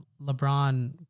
LeBron